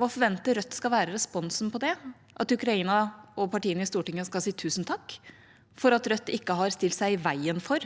Hva for venter Rødt skal være responsen på det? At Ukraina og partiene i Stortinget skal si tusen takk for at Rødt ikke har stilt seg i veien for